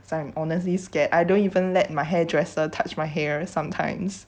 so I'm honestly scared I don't even let my hairdresser touch my hair sometimes